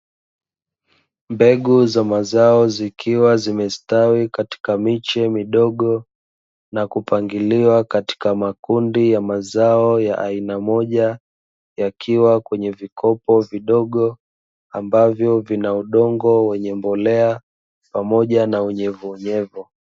Mbegu za mazao zikiwa zimestawi katika miche midogo na kupangiliwa katika makundi ya mazao ya aina moja, yakiwa kwenye vikopo vidogo, ambavyo vina udongo wenye mbolea pamoja na unyevunyevu.